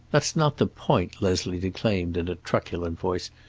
that's not the point, leslie declaimed, in a truculent voice.